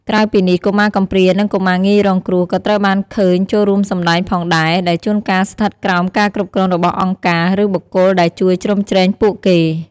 ក្រៅពីនេះ កុមារកំព្រា និង កុមារងាយរងគ្រោះ ក៏ត្រូវបានគេឃើញចូលរួមសម្ដែងផងដែរ ដែលជួនកាលស្ថិតក្រោមការគ្រប់គ្រងរបស់អង្គការ ឬបុគ្គលដែលជួយជ្រោមជ្រែងពួកគេ។